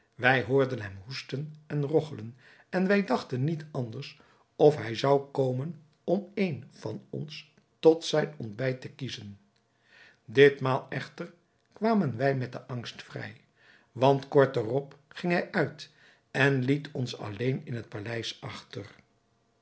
wij hoorden hem hoesten en rogchelen en wij dachten niet anders of hij zou komen om een van ons tot zijn ontbijt uit te kiezen ditmaal echter kwamen wij met den angst vrij want kort daarop ging hij uit en liet ons alleen in het paleis achter